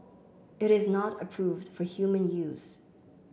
it is not approved for human use